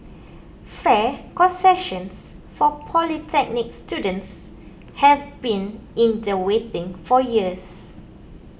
fare concessions for polytechnic students have been in the waiting for years